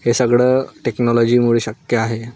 हे सगळं टेक्नॉलॉजीमुळे शक्य आहे